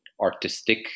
artistic